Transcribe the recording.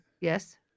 Yes